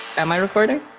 am i recording?